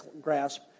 grasp